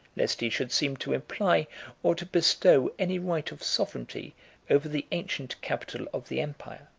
lest he should seem to imply or to bestow any right of sovereignty over the ancient capital of the empire.